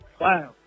wow